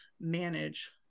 manage